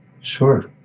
Sure